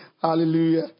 Hallelujah